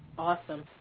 awesome.